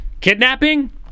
kidnapping